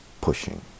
pushing